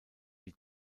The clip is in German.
die